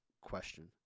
question